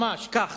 ממש כך,